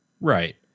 Right